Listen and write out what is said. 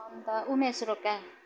अनि त उमेश रोका